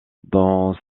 dans